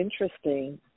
interesting